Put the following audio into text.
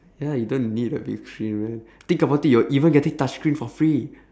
ya you don't need a big screen right think about it you're even getting touchscreen for free